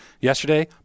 Yesterday